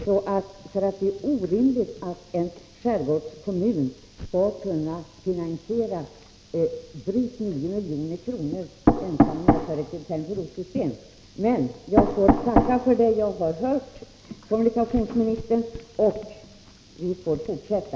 Det är orimligt att en skärgårdskommun skall finansiera ett internt brosystem för drygt 9 milj.kr. Men jag får tacka för det jag har hört, kommunikationsministern, och vi får fortsätta.